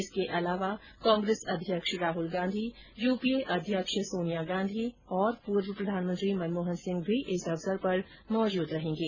इसके अलावा कांग्रेस अध्यक्ष Rahul Gandhi U P A अध्यक्ष सोनिया गांधी और पूर्व प्रधानमंत्री मनमोहन सिंह भी इस अवसर पर मौजूद रहेंगे